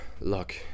luck